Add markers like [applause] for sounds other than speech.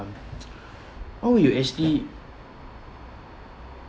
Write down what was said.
~(uh) [noise] what would you actually